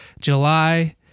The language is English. July